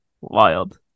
Wild